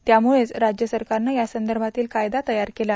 त्यामुळेव राज्य सरकारनं यासंदर्भातील कायदा तयार केला